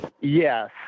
Yes